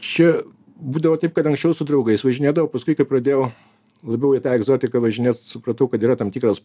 čia būdavo taip kad anksčiau su draugais važinėdavau paskui kai pradėjau labiau į tą egzotiką važinėt supratau kad yra tam tikras